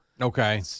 Okay